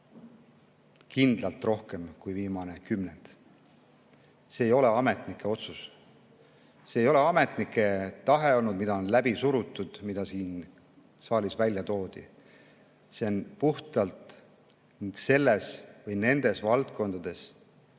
kindlalt rohkem kui viimane kümnend. See ei ole ametnike otsus, see ei ole ametnike tahe olnud, mida on läbi surutud, nagu siin saalis välja toodi. See on puhtalt nendes valdkondades